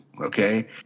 okay